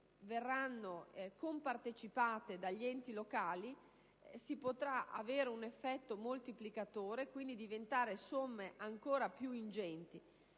verranno compartecipate dagli enti locali, potranno produrre un effetto moltiplicatore e diventare somme ancora più ingenti.